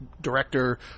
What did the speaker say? director